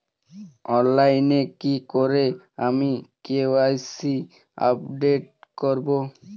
অনলাইনে কি করে আমি কে.ওয়াই.সি আপডেট করব?